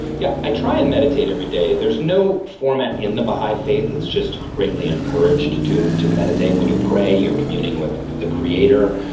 yeah i try and meditate every day. there's no format in the baha'i faith, it's just greatly encouraged to to meditate. when you pray, you're communing with the creator.